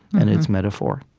and it's metaphor,